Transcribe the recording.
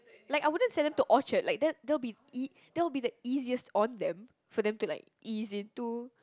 like I wouldn't send them to Orchard like that that'll be ea~ that will be the easiest on them for them to like ease into